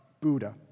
Buddha